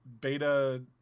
Beta